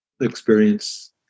experience